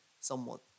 somewhat